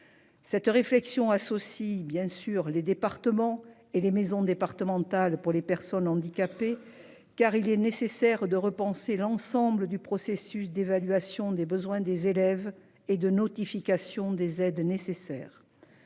Cette réflexion associe bien sûr les départements et les maisons départementales pour les personnes handicapées car il est nécessaire de repenser l'ensemble du processus d'évaluation des besoins des élèves et de notification des aides nécessaires.